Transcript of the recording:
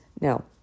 Now